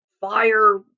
fire